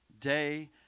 day